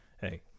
hey